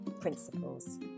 principles